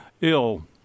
ill